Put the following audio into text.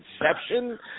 inception